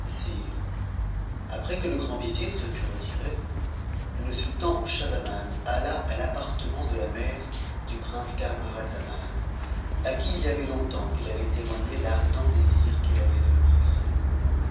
après que le grand vizir se fut retiré le sultan schahzaman a ta l'appartement de la mère du prince camaralzaman à qui it y avait longtemps qu'il avait témoigné l'ardent désir qu'il avait de e marier